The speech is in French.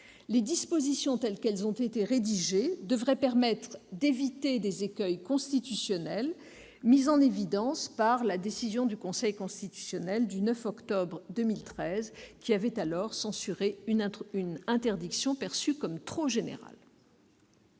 Les dispositions prévues devraient permettre d'éviter les écueils constitutionnels mis en évidence par la décision du Conseil constitutionnel du 9 octobre 2013, qui avait censuré une interdiction trop générale.